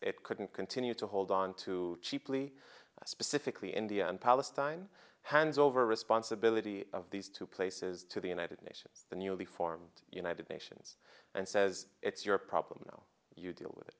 it couldn't continue to hold on to cheaply specifically india and palestine hands over responsibility of these two places to the united nations the newly formed united nations and says it's your problem now you deal with it